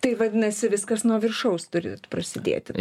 tai vadinasi viskas nuo viršaus turit prasidėti